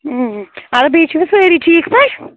اۭن اَدٕ بیٚیہِ چھِوٕ سٲری ٹھیٖک پٲٹھۍ